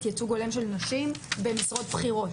ייצוג הולם של נשים במשרות בכירות.